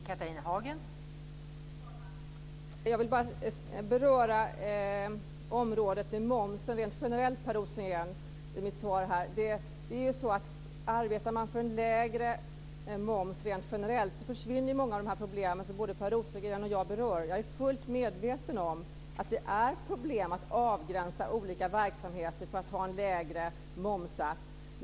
Fru talman! Jag vill bara beröra området med momsen rent generellt. Om man arbetar för en lägre moms rent generellt försvinner ju många av de problem som både Per Rosengren och jag berör. Jag är fullt medveten om att det är problem att avgränsa olika verksamheter för att ha en lägre moms.